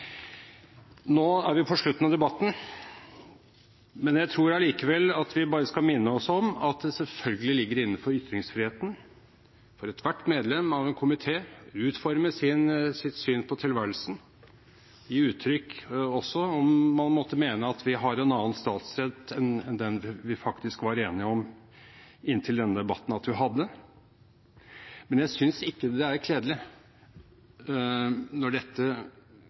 Nå er vi på slutten av debatten, men jeg tror allikevel vi skal minne oss selv om at det selvfølgelig ligger innenfor ytringsfriheten at ethvert medlem av en komité utformer sitt syn på tilværelsen, og gir uttrykk for det også om man måtte mene at vi har en annen statsrett enn den vi inntil denne debatten faktisk var enige om at vi hadde. Men jeg synes ikke det er kledelig når dette